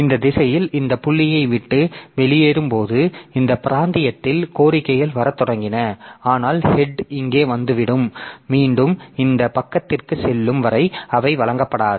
இந்த திசையில் இந்த புள்ளியை விட்டுச் வெளியேறும்போது இந்த பிராந்தியத்தில் கோரிக்கைகள் வரத் தொடங்கின ஆனால் ஹெட் இங்கு வந்து மீண்டும் இந்த பக்கத்திற்குச் செல்லும் வரை அவை வழங்கப்படாது